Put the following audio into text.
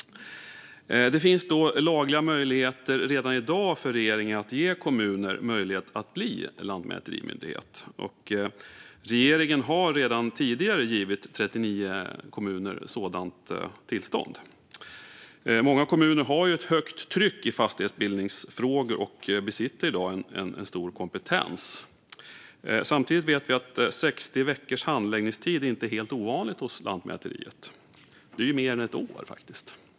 Det finns redan i dag lagliga möjligheter för regeringen att ge kommuner tillstånd att bli lantmäterimyndighet. Regeringen har redan tidigare givit 39 kommuner ett sådant tillstånd. Många kommuner har ett högt tryck i fastighetsbildningsfrågor och besitter i dag en stor kompetens. Samtidigt vet vi att 60 veckors handläggningstid inte är helt ovanligt hos Lantmäteriet. Det är ju mer än ett år.